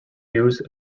use